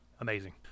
Amazing